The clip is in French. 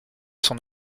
son